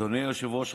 אדוני היושב-ראש,